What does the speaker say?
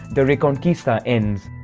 the reconquista ends.